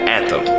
Anthem